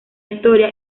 historia